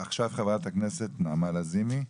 חברת הכנסת נעמה לזימי.